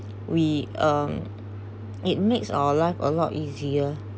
we um it makes our life a lot easier